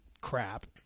crap